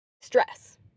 stress